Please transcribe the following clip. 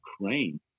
ukraine